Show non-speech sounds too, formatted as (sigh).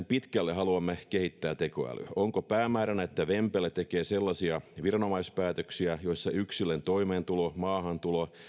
(unintelligible) pitkälle haluamme kehittää tekoälyä onko päämääränä että vempele tekee sellaisia viranomaispäätöksiä joissa yksilön toimeentulo maahantulo